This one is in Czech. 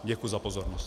Děkuju za pozornost.